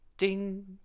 Ding